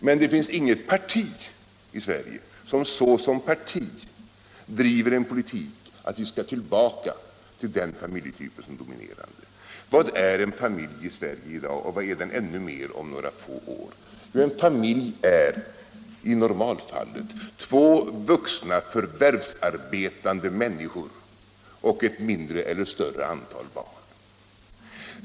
Men det finns inget parti i Sverige som — såsom parti — driver en politik som innebär att vi skall tillbaka till den familjetypen som den dominerande. Vad är en familj i Sverige i dag och vad är den om några få år? En familj är, i normalfallet, två vuxna förvärvsarbetande människor och ett mindre eller större antal barn.